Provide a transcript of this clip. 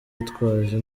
witwaje